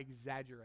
exaggerate